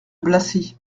blacy